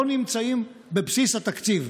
לא נמצאים בבסיס התקציב.